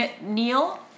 Neil